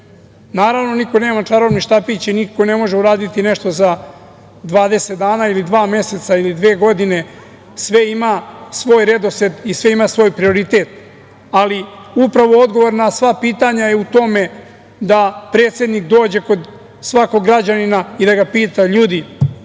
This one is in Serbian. Naravno, niko nema čarobni štapić i niko ne može uraditi nešto za 20 dana ili dva meseca ili dve godine. Sve ima svoj redosled i sve ima svoj prioritet. Ali upravo odgovor na sva pitanja je u tome da predsednik dođe kod svakog građanina i da ga pita – ljudi,